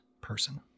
person